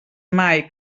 mai